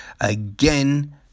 again